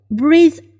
breathe